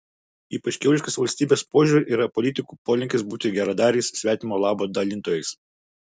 ypač kiauliškas valstybės požiūriu yra politikų polinkis būti geradariais svetimo labo dalintojais